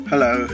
Hello